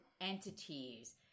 entities